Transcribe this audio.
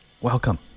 Welcome